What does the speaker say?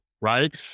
right